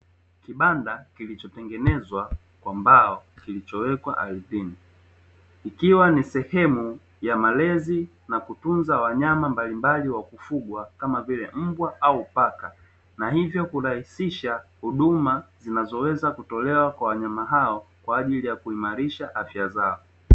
Kibanda kilichotengenezwa kwa mbao kilichowekwa ardhini, ikiwa ni sehemu ya malezi na kutunza wanyama mbalimbali wa kufugwa, kama vile mbwa au paka, na hivyo kurahisisha huduma zinazoweza kutolewa kwa wanyama hao, kwa ajili ya kuimarisha afya zao.